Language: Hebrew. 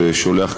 ושולח,